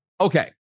okay